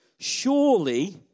Surely